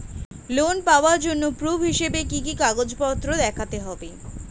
Loan পাওয়ার জন্য proof হিসেবে কি কি কাগজপত্র দেখাতে হবে?